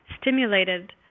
stimulated